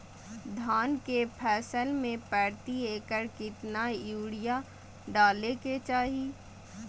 धान के फसल में प्रति एकड़ कितना यूरिया डाले के चाहि?